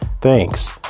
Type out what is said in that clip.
Thanks